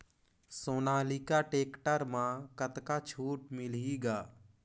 Sonalika tractor म कतका छूट मिलही ग?